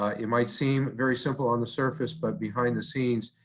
ah it might seem very simple on the surface, but behind the scenes,